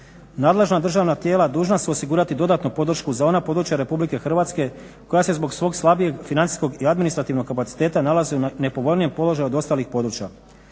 Nadležan državna tijela dužna su osigurati dodatnu podršku za ona područja RH koja se zbog svog slabijeg, financijskog i administrativnog kapaciteta nalazi u nepovoljnijem položaju od ostalih područja.